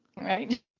Right